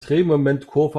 drehmomentkurve